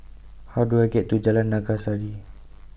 How Do I get to Jalan Naga Sari